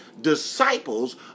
disciples